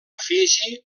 fiji